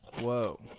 Whoa